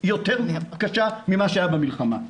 יותר קשה ממה שהיה במלחמה.